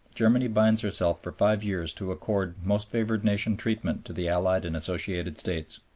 germany binds herself for five years to accord most-favored-nation treatment to the allied and associated states.